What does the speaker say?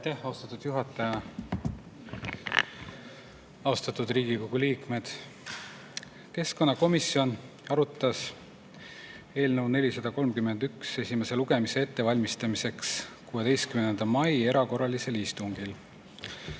austatud juhataja! Austatud Riigikogu liikmed! Keskkonnakomisjon arutas eelnõu 431 esimese lugemise ettevalmistamiseks 16. mai erakorralisel istungil.